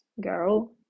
girl